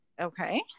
Okay